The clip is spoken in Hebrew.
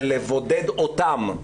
ולבודד אותם,